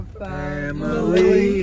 family